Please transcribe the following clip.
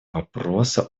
вопроса